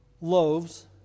loaves